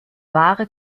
wahre